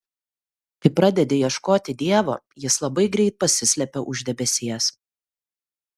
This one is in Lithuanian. kai pradedi ieškoti dievo jis labai greit pasislepia už debesies